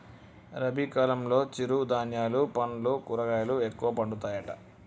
రబీ కాలంలో చిరు ధాన్యాలు పండ్లు కూరగాయలు ఎక్కువ పండుతాయట